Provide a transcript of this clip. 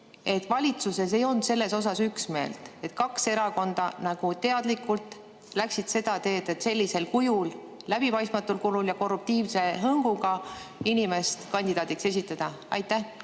valitsuses ei olnud selles osas üksmeelt? Kaks erakonda nagu teadlikult läksid seda teed, et sellisel kujul, läbipaistmatul kujul korruptiivse hõnguga inimene kandidaadiks esitada? Tõnis